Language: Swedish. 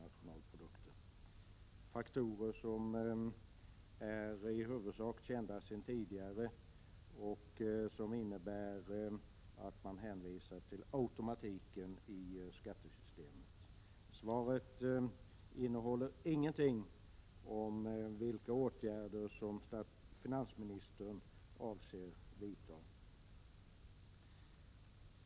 Det tar upp faktorer som i huvudsak är kända sedan tidigare och som innebär att man hänvisar till automatiken i skattesystemet. Svaret innehåller ingenting om vilka åtgärder som finansministern avser att vidta.